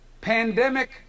Pandemic